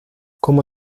como